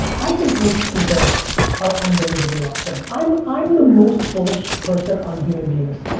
i think most people are unbelievably awesome. i'm i'm the most bullish person on human beings.